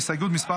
הסתייגות מס'